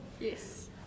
Yes